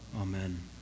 Amen